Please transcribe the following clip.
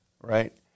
right